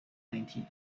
ninety